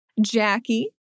Jackie